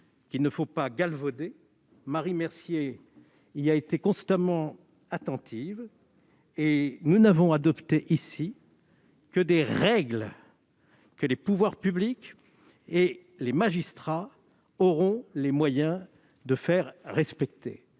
qu'il ne faut pas galvauder ; Marie Mercier y a été constamment attentive. Nous n'avons adopté ici que des règles que les pouvoirs publics et les magistrats auront les moyens de faire respecter.